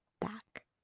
Back